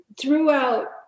throughout